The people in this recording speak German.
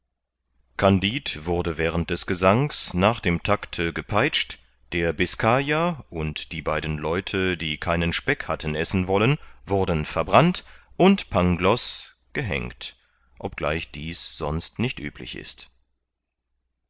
kandid wurde während des gesangs nach dem takte gepeitscht der biskayer und die beiden leute die keinen speck hatten essen wollen wurden verbrannt und pangloß gehängt obgleich dies sonst nicht üblich ist